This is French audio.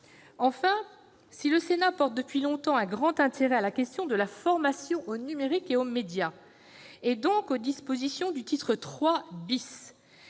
Enfin, si le Sénat porte depuis longtemps un grand intérêt à la question de la formation au numérique et aux médias, donc aux dispositions du titre III ,